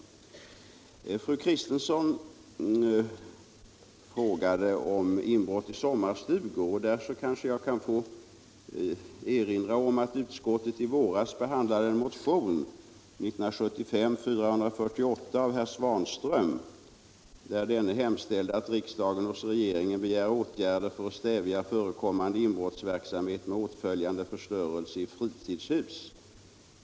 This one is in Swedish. Fru Kristensson frågade om inbrott i sommarstugor, och därför kan jag kanske få erinra om att utskottet i våras behandlade motionen 1975:448 av herr Svanström, där han hemställde ”att riksdagen hos regeringen begär åtgärder för att stävja förekommande inbrottsverksamhet med åtföljande förstörelse i fritidshus”.